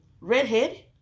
redhead